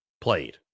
played